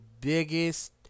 biggest